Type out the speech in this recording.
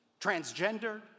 transgender